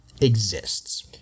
exists